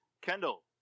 Kendall